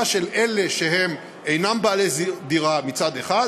של אלה שהם אינם בעלי דירה מצד אחד,